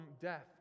death